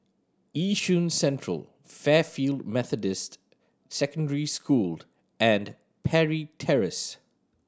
Yishun Central Fairfield Methodist Secondary School and Parry Terrace